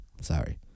Sorry